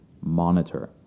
Monitor